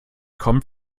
kommt